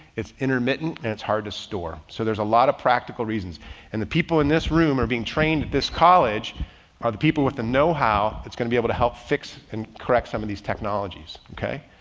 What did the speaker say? it's intermittent and it's hard to store. so there's a lot of practical reasons and the people in this room are being trained at this college or the people with the know how it's going to be able to help fix and correct some of these technologies. okay?